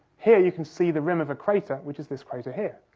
here you can see the rim of a crater, which is this crater here,